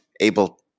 able